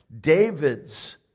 David's